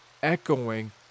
echoing